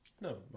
No